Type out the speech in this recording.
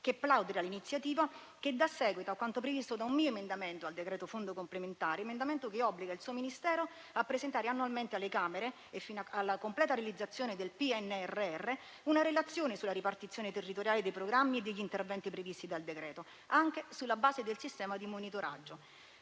che plaudere a tale iniziativa, che dà seguito a quanto previsto da un mio emendamento al decreto fondo complementare, che obbliga il suo Ministero a presentare annualmente alle Camere, fino alla completa realizzazione del PNRR, una relazione sulla ripartizione territoriale dei programmi e degli interventi previsti dal decreto, anche sulla base del sistema di monitoraggio.